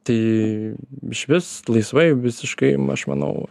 tai išvis laisvai visiškai aš manau